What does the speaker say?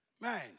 Man